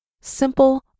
simple